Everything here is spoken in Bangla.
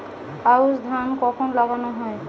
আউশ ধান কখন লাগানো হয়?